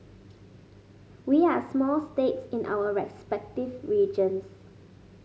we are small states in our respective regions